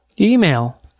email